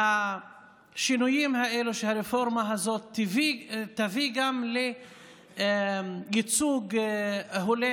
שהשינויים האלה והרפורמה הזאת יביאו גם לייצוג הולם